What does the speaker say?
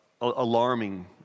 alarming